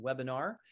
webinar